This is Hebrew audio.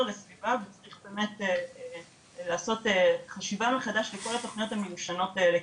לסביבה וצריך באמת לעשות חשיבה מחדש לכל התוכניות המיושנות האלה,